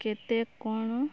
କେତେ କ'ଣ